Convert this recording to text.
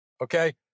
okay